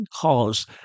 cause